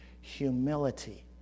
humility